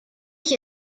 ich